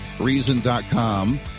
Reason.com